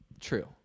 true